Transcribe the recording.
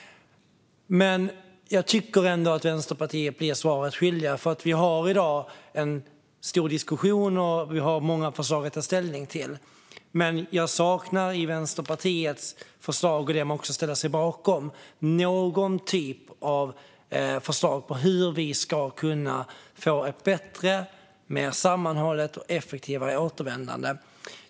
Jag tycker ändå att Vänsterpartiet blir svaret skyldigt, för vi har i dag en stor diskussion och har många förslag att ta ställning till, men jag saknar i Vänsterpartiets förslag och det som man också ställer sig bakom någon typ av förslag på hur vi ska kunna få ett bättre, mer sammanhållet och effektivare återvändande.